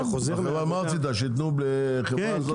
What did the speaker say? לכן אמרתי שיתנו בחברה.